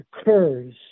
occurs